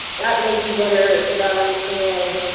that may be better done in